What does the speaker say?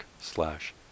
slash